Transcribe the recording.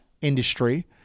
industry